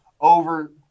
over